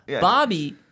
Bobby